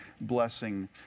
blessing